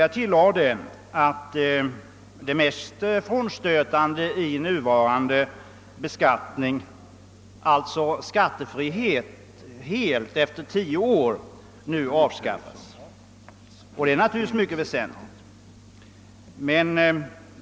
Jag tillade också att det mest frånstötande i den nuvarande beskattningen, den fullständiga skattefriheten efter 10 år, nu avskaffas, och det är naturligtvis mycket väsentligt.